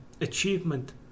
achievement